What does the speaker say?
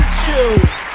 choose